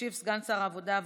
ישיב סגן שר העבודה,